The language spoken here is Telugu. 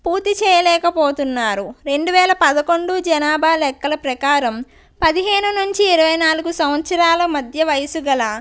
పూర్తి చేయలేకపోతున్నారు రెండు వేల పదకొండు జనాభా లెక్కల ప్రకారం పదిహేను నుంచి ఇరవై నాలుగు సంవత్సరాల మధ్య వయసుగల